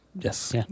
Yes